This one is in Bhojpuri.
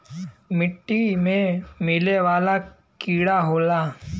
मिट्टी में मिले वाला कीड़ा होला